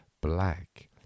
black